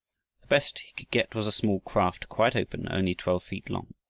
best he could get was a small craft quite open, only twelve feet long.